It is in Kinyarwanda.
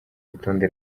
rutonde